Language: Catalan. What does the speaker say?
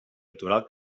litoral